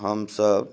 हमसब